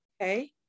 okay